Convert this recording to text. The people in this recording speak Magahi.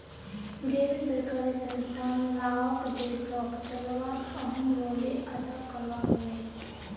गैर सरकारी संस्थान लाओक देशोक चलवात अहम् रोले अदा करवा होबे